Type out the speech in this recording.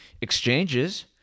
exchanges